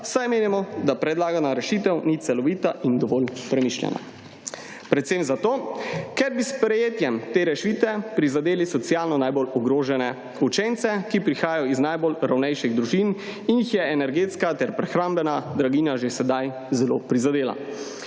saj menimo, da predlagana rešitev ni celovita in dovolj premišljena. Predvsem zato, ker bi s sprejetjem te rešitve prizadeli socialno najbolj ogrožene učence, ki prihajajo iz najbolj revnih družin in jih je energetska ter prehrambna draginja že sedaj zelo prizadela.